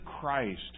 Christ